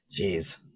Jeez